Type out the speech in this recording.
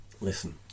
Listen